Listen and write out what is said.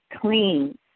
clean